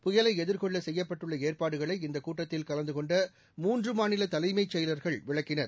புயலை எதிர்கொள்ள செய்யப்பட்டுள்ள ஏற்பாடுகளை இந்தக் கூட்டத்தில் கலந்தகொண்ட மூன்று மாநில தலைமை செயலர்கள் விளக்கினர்